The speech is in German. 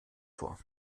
vor